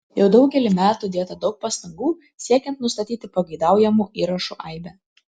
jau daugelį metų dėta daug pastangų siekiant nustatyti pageidaujamų įrašų aibę